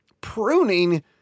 Pruning